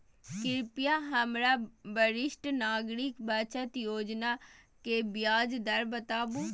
कृपया हमरा वरिष्ठ नागरिक बचत योजना के ब्याज दर बताबू